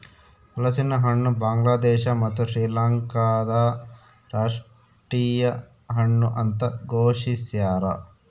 ಹಲಸಿನಹಣ್ಣು ಬಾಂಗ್ಲಾದೇಶ ಮತ್ತು ಶ್ರೀಲಂಕಾದ ರಾಷ್ಟೀಯ ಹಣ್ಣು ಅಂತ ಘೋಷಿಸ್ಯಾರ